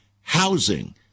housing